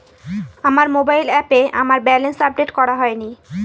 আমার মোবাইল অ্যাপে আমার ব্যালেন্স আপডেট করা হয়নি